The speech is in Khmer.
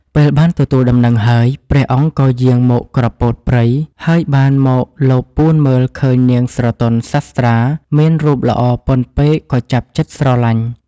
ពេលបានទទួលដំណឹងហើយ ព្រះអង្គក៏យាងមកក្រពោតព្រៃ ហើយបានមកលបពួនមើលឃើញនាងស្រទន់សាស្ត្រាមានរូបល្អពន់ពេកក៏ចាប់ចិត្តស្រលាញ់ ។